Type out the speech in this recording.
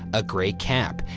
a gray cap,